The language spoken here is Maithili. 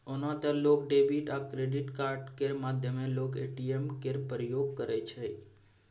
ओना तए लोक डेबिट आ क्रेडिट कार्ड केर माध्यमे लोक ए.टी.एम केर प्रयोग करै छै